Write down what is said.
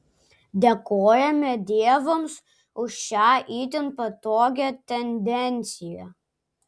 dėkojame dievams už šią itin patogią tendenciją